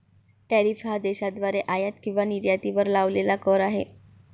tariff हा देशाद्वारे आयात किंवा निर्यातीवर लावलेला कर आहे